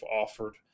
offered